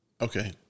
okay